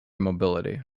mobility